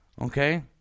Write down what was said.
Okay